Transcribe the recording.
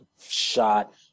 shot